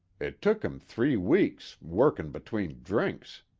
it took im three weeks, workin' between drinks.